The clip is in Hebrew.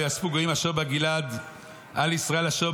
"וייאספו הגויים אשר בגלעד על ישראל אשר